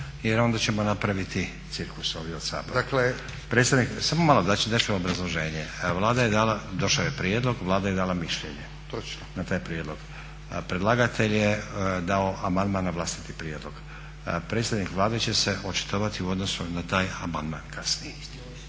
jer onda ćemo napraviti cirkus ovdje od Sabora. …/Upadica: Dakle./… Samo malo, dati ću vam obrazloženje. Vlada je dala, došao je prijedlog, Vlada je dala mišljenje … …/Upadica: Točno./… Na taj prijedlog. Predlagatelj je dao amandman na vlastiti prijedlog. Predstavnik Vlade će se očitovati u odnosu na taj amandman kasnije.